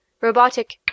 Robotic